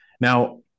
Now